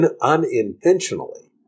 unintentionally